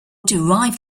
derived